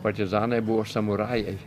partizanai buvo samurajai